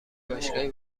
باشگاهی